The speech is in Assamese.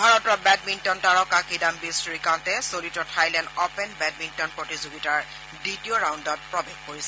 ভাৰতৰ বেডমিণ্টন তাৰকা কিদান্নী শ্ৰীকান্তে চলিত থাইলেণ্ড অপেন বেডমিণ্টন প্ৰতিযোগিতাৰ দ্বিতীয় ৰাউণ্ডত প্ৰবেশ কৰিছে